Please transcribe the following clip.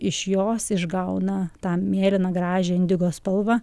iš jos išgauna tą mėlyną gražią indigo spalvą